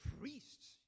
priests